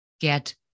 get